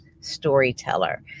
Storyteller